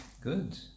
Good